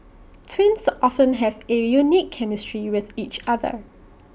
twins often have A unique chemistry with each other